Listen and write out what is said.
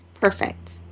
Perfect